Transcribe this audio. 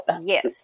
Yes